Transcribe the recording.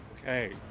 Okay